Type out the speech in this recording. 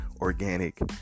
organic